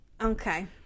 Okay